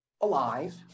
alive